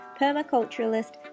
permaculturalist